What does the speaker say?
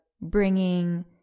bringing